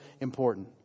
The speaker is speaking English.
important